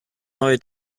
neue